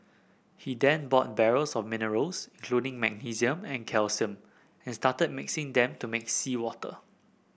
he then bought barrels of minerals including magnesium and calcium and started mixing them to make seawater